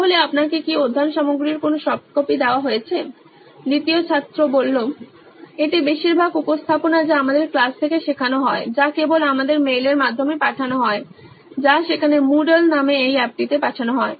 তাহলে আপনাকে কি অধ্যয়ন সামগ্রীর কোনো সফট কপি দেওয়া হয়েছে দ্বিতীয় ছাত্র এটি বেশিরভাগ উপস্থাপনা যা আমাদের ক্লাস থেকে শেখানো হয় যা কেবল আমাদের মেইলের মাধ্যমে পাঠানো হয় বা সেখানে মুডল নামে এই অ্যাপটিতে পাঠানো হয়